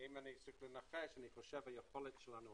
לדעתי היכולת שלנו,